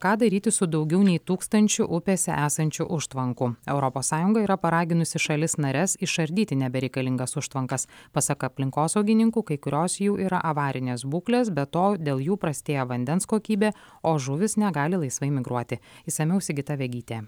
ką daryti su daugiau nei tūkstančiu upėse esančių užtvankų europos sąjunga yra paraginusi šalis nares išardyti nebereikalingas užtvankas pasak aplinkosaugininkų kai kurios jų yra avarinės būklės be to dėl jų prastėja vandens kokybė o žuvys negali laisvai migruoti išsamiau sigita vegytė